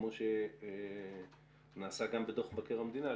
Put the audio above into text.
כמו שנעשה גם בדוח מבקר המדינה,